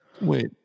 Wait